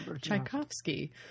Tchaikovsky